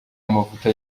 amavuta